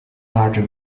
larger